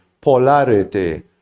polarity